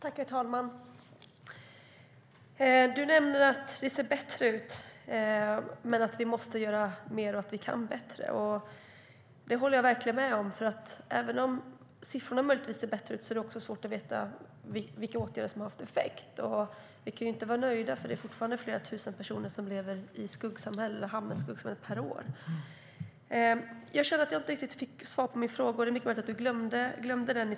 Herr talman! Du nämnde att det ser bättre ut, men att vi måste göra mer och att vi kan bättre. Det håller jag verkligen med om. Även om siffrorna ser bättre ut är det svårt att se vilka åtgärder som har haft effekt. Vi kan ju inte vara nöjda eftersom det fortfarande är flera tusen personer per år som hamnar i ett skuggsamhälle. Jag fick inte riktigt svar på mina frågor, men det kan hända att du glömde dem.